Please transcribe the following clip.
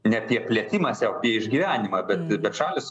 ne apie plėtimąsi o apie išgyvenimą bet bet šalys